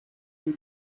you